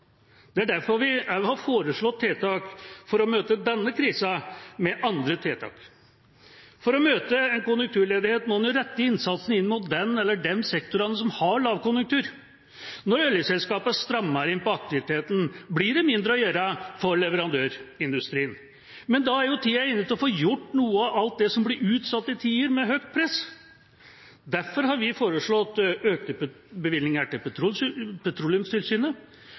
Det er derfor vi også har foreslått tiltak for å møte denne krisen med andre tiltak. For å møte en konjunkturledighet må en rette innsatsen inn mot den eller de sektorene som har lavkonjunktur. Når oljeselskapene strammer inn på aktiviteten, blir det mindre å gjøre for leverandørindustrien. Men da er jo tida inne for å få gjort noe av alt det som blir utsatt i tider med høyt press. Derfor har vi foreslått økte bevilgninger til Petroleumstilsynet,